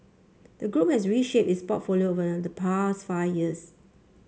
the group has reshaped its portfolio over the past five years